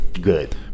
Good